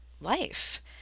life